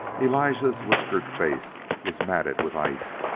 elijah's whiskered face was matted with ice,